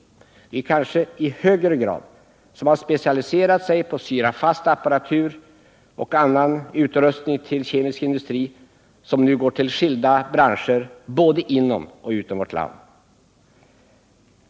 Det gäller i kanske än högre grad den mekaniska industrin som specialiserat sig på syrafast apparatur och annan utrustning för kemisk industri som nu går till skilda branscher både inom och utom vårt land.